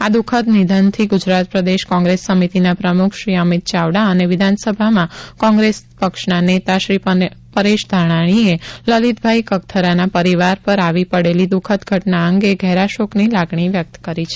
આ દુઃખદ નિધનથી ગુજરાત પ્રદેશ કોંગ્રેસ સમિતિના પ્રમુખ શ્રી અમિત ચાવડા અને વિધાનસભામાં કોંગ્રેસ પક્ષના નેતા શ્રી પરેશ ધાનાણીએ લલિતભાઈ કગથરાના પરિવાર પર આવી પડેલી દુખદ ઘટના અંગે ઘેરા શોકની લાગણી વ્યક્ત કરી છે